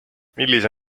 millise